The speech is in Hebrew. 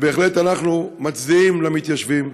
אנחנו בהחלט מצדיעים למתיישבים,